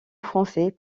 français